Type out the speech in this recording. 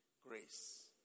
grace